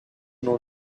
know